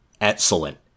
excellent